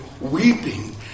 weeping